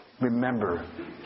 remember